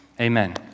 amen